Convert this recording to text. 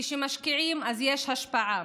כשמשקיעים אז יש השפעה.